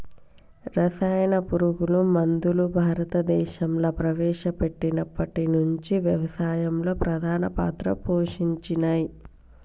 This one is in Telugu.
రసాయన పురుగు మందులు భారతదేశంలా ప్రవేశపెట్టినప్పటి నుంచి వ్యవసాయంలో ప్రధాన పాత్ర పోషించినయ్